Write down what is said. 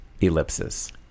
ellipsis